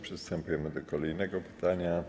Przystępujemy do kolejnego pytania.